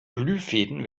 glühfäden